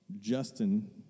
Justin